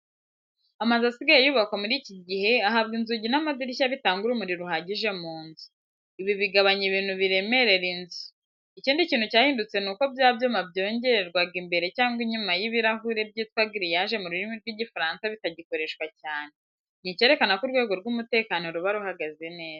Amazu asigaye yubakwa muri iki gihe, ahabwa inzugi n'amadirishya bitanga urumuri ruhagije mu nzu. Ibi bigabanya ibintu biremerera inzu. Ikindi kintu cyahindutse ni uko bya byuma byongerwega imbere cyangwa inyuma y'ibirahure byitwa "grillage" mu rurimi rw'Igifaransa bitagikoreshwa cyane. Ni ikerekana ko urwego rw'umutekano ruba ruhagaze neza.